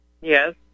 Yes